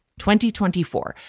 2024